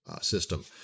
system